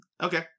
Okay